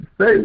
say